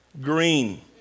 green